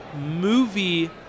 movie